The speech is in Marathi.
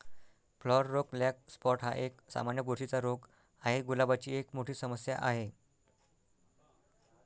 फ्लॉवर रोग ब्लॅक स्पॉट हा एक, सामान्य बुरशीचा रोग आहे, गुलाबाची एक मोठी समस्या आहे